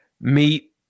meet